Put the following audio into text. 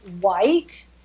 white